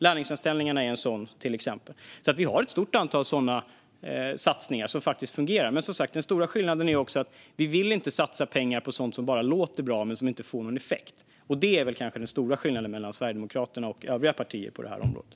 Lärlingsanställningar är till exempel en sådan lösning. Vi har alltså ett stort antal sådana satsningar som faktiskt fungerar. Men som sagt, den stora skillnaden är också att vi inte vill satsa pengar på sådant som låter bra men som inte får någon effekt. Det är kanske den stora skillnaden mellan Sverigedemokraterna och övriga partier på det här området.